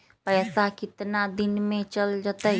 पैसा कितना दिन में चल जतई?